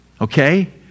okay